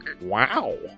Wow